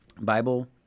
Bible